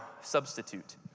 substitute